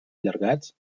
allargats